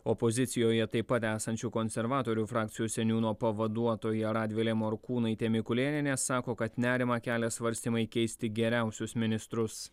opozicijoje taip pat esančių konservatorių frakcijos seniūno pavaduotoja radvilė morkūnaitė mikulėnienė sako kad nerimą kelia svarstymai keisti geriausius ministrus